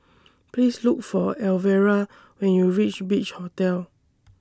Please Look For Elvera when YOU REACH Beach Hotel